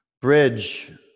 Bridge